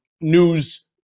news